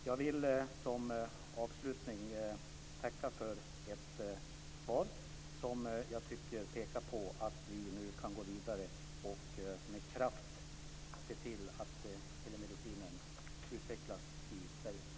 Jag vill avslutningsvis tacka för ett svar som pekar på att vi nu kan gå vidare och med kraft se till att telemedicinen utvecklas i Sverige.